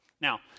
Now